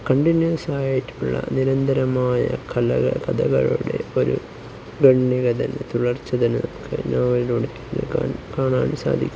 കണ്ടിന്യൂസായിട്ടുള്ള നിരന്തരമായ കഥകളുടെ ഒരു ഖണ്ഡിക തന്നെ തുടർച്ച തന്നെ നോവലിലൂടെയൊക്കെ കാണാൻ സാധിക്കും